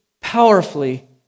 powerfully